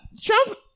Trump